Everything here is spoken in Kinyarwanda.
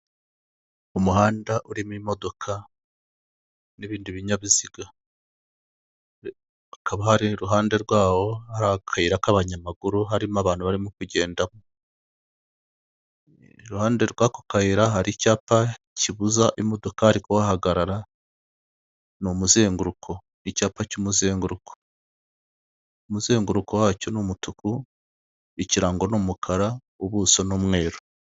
Umuhanda urimo imodoka n'ibindi binyabiziga, hakaba hari iruhande rwaho hari akayira k'abanyamaguru, harimo abantu barimo kugendamo, iruhande rw'ako kayira hari icyapa kibuza imodokari kuhahagarara, ni umuzenguruko icyapa cy'umuzenguruko, umuzenguruko wacyo n'umutuku, ikirango ni umukara, ubuso ni umweru.